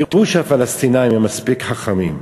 תראו שהפלסטינים הם מספיק חכמים.